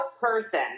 person